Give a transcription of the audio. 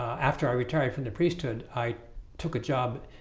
after i retired from the priesthood i took a job